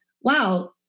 Wow